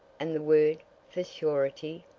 and the word for surety?